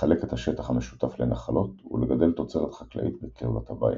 לחלק את השטח המשותף לנחלות ולגדל תוצרת חקלאית בקרבת הבית.